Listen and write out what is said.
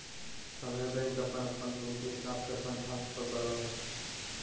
सभे बैंक अपन अपन नियम के हिसाब से फंड ट्रांस्फर करो हय